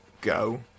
go